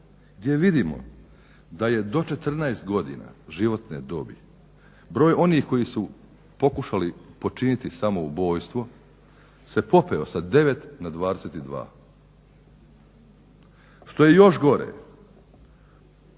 gdje vidimo da je do 14 godina životne dobi broj onih koji su pokušali počiniti samoubojstvo se popeo sa 9 na 22. Što je još gore